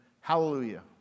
Hallelujah